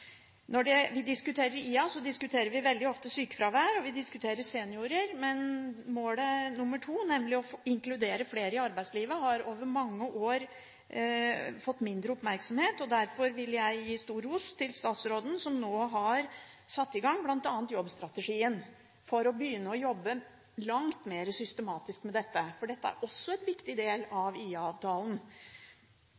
Når vi diskuterer IA, diskuterer vi veldig ofte sykefravær, og vi diskuterer seniorer, men mål nr. 2, nemlig å inkludere flere i arbeidslivet, har over mange år fått mindre oppmerksomhet. Derfor vil jeg gi stor ros til statsråden som nå bl.a. har satt i gang jobbstrategien for å begynne å jobbe langt mer systematisk med dette, for det er også en viktig del